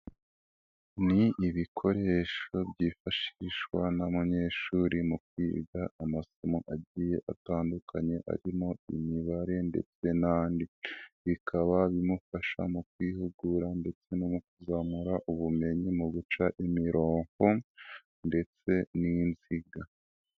Ni ibikoresho byifashishwa n'umuyeshuri mu kwiga amasomo agiye atandukanye arimo imibare ndetse n'andi, bikaba bimufasha mu kwihugura ndetse no mu kuzamura ubumenyi mu guca imirongo ndetse n'inziga.